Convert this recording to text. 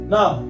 Now